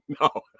No